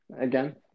again